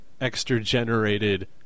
extra-generated